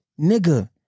nigga